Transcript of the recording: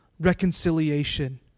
reconciliation